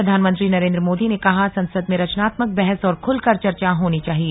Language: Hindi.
प्रधानमंत्री नरेन्द्र मोदी ने कहा संसद में रचनात्मक बहस और खुलकर चर्चा होनी चाहिए